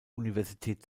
universität